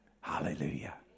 Hallelujah